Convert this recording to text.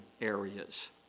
areas